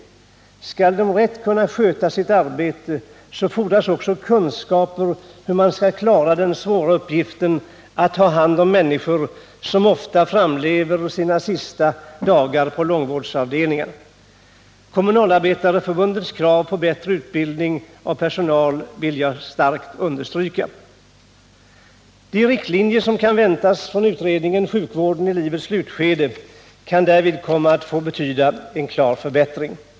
För att personalen rätt skall kunna sköta sitt arbete fordras det också kunskaper om hur man klarar den svåra uppgiften att ta hand om människor som ofta framlever sina sista dagar på långvårdsavdelningarna. Kommunalarbetareförbundets krav på bättre utbildning av personal vill jag understryka. De riktlinjer som kan väntas från utredningen beträffande sjukvård i livets slutskede kan därvid komma att betyda en klar förbättring.